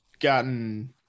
gotten